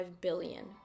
billion